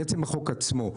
לעצם החוק עצמו.